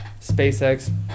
SpaceX